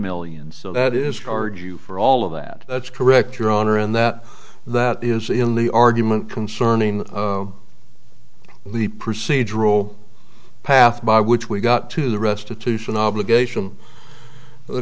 million so that is charge you for all of that that's correct your honor and that that is in the argument concerning the procedural path by which we got to the restitution obligation the